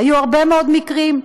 היו הרבה מאוד מקרים.